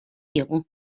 diogu